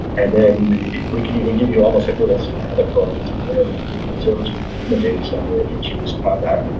and then we can even give you almost like little schematic drawings of where the different servers would be in the data center if you choose to have that.